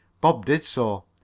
bob did so.